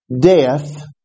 death